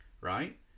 right